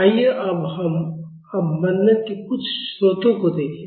आइए अब हम अवमंदन के कुछ स्रोतों को देखें